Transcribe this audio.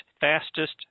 fastest